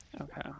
Okay